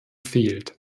fehlt